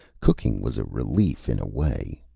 cooking was a relief, in a way.